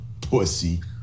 Pussy